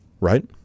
Right